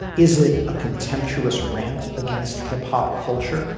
is it a contemptuous rant against hip hop culture,